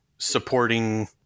Supporting